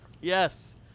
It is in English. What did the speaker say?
Yes